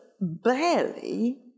barely